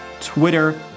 Twitter